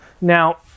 Now